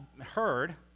heard